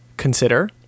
consider